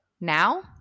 Now